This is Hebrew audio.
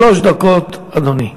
שלוש דקות, אדוני.